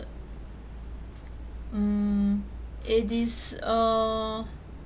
mm it is uh